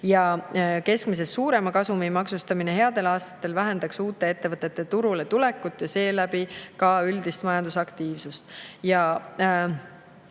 Keskmisest suurema kasumi maksustamine headel aastatel vähendaks uute ettevõtete turule tulekut ja seeläbi ka üldist majandusaktiivsust.